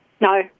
No